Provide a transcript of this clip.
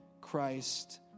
Christ